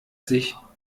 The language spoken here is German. sich